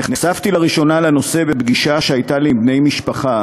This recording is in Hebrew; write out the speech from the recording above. נחשפתי לראשונה לנושא בפגישה שהייתה לי עם בני משפחה